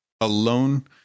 alone